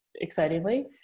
excitingly